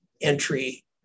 entry